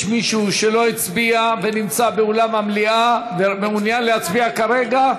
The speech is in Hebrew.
יש מישהו שלא הצביע ונמצא באולם המליאה ומעוניין להצביע כרגע?